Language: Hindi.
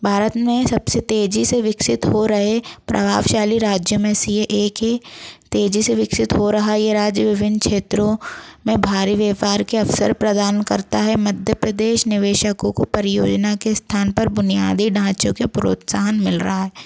भारत में सबसे तेजी से विकसित हो रहे प्रभावशाली राज्यों में से ये एक है तेजी से विकसित हो रहा ये राज्य विभिन्न क्षेत्रों में भारी व्यापार के अवसर प्रदान करता है मध्य प्रदेश निवेशकों को परियोजना के स्थान पर बुनियादी ढाँचों के प्रोत्साहन मिल रहा है